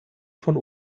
von